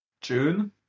June